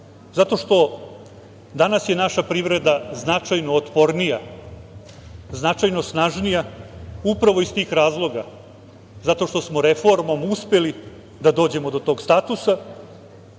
vidi, što danas je naša privreda značajno otpornija, značajno snažnija, upravo iz tih razloga, zato što smo reformom uspeli da dođemo do tog statusa,